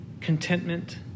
contentment